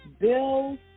bills